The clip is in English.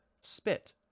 Spit